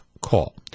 call